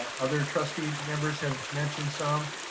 other trustee members have mentioned some,